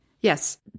yes